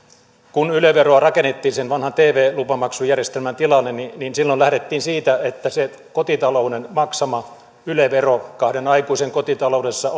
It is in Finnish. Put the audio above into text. kun yle veroa rakennettiin vanhan tv lupamaksujärjestelmän tilalle niin niin silloin lähdettiin siitä että kotitalouden maksama yle vero kahden aikuisen kotitaloudessa